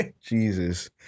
Jesus